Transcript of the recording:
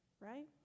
right